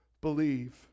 believe